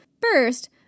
First